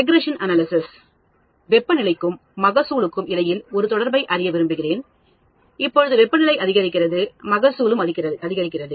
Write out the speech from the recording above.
recreational analysis வெப்பநிலைக்கும் மகசூலுக்கும் இடையில் ஒரு தொடர்பை அறிய விரும்புகிறேன் இப்பொழுதுவெப்பநிலை அதிகரிக்கிறது மகசூலும் அதிகரிக்கிறது